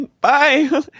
Bye